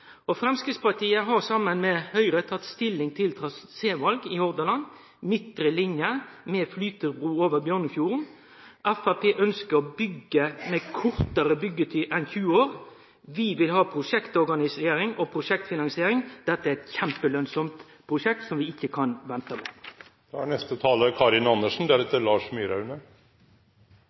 arbeidsplassar. Framstegspartiet har, saman med Høgre, tatt stilling til traséval i Hordaland, midtre line, med flytebru over Bjørnefjorden. Framstegspartiet ønskjer å byggje med kortare byggjetid enn 20 år. Vi vil ha prosjektorganisering og prosjektfinansiering. Dette er eit svært lønnsamt prosjekt vi ikkje kan